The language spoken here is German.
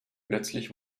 plötzlich